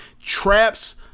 traps